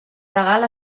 regal